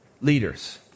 leaders